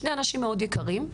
שני אנשים יקרים מאוד,